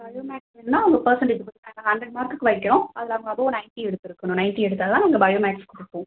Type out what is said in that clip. bio maths வேணுன்னால் உங்கள் percentage பொறுத்து ஹண்ட்ரட் மார்க்குக்கு வைக்கிறோம் அதில் அவங்க எபோவ் நைன்டி எடுத்திருக்கணும் நைன்டி எடுத்தால்தான் நாங்கள் பயோ மேக்ஸ் கொடுப்போம்